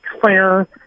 Claire